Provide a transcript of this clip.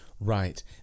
right